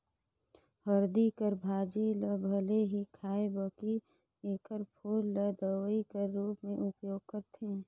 हरदी कर भाजी ल भले नी खांए बकि एकर फूल ल दवई कर रूप में उपयोग करथे